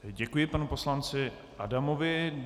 Děkuji panu poslanci Adamovi.